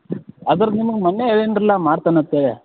ಅದ್ರದ್ದು ನಿಮ್ಗೆ ಮೊನ್ನೆ ಹೇಳಿನ್ರಲ್ಲ ಮಾಡ್ತೆನಂತ್ತೇಳಿ